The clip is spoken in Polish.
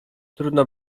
trudno